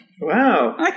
Wow